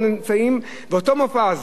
ואותו מופז,